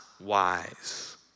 wise